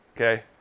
Okay